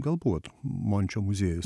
gal buvot mončio muziejus